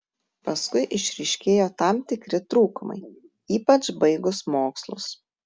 paskui išryškėjo tam tikri trūkumai ypač baigus mokslus